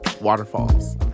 Waterfalls